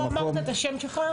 לא אמרת את השם שלך.